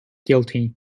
guilty